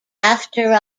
after